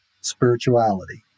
Spirituality